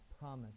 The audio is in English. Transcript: promise